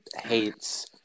hates